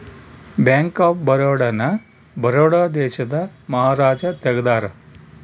bank of Baroda ನ ಬರೋಡ ದೇಶದ ಮಹಾರಾಜ ತೆಗ್ದಾರ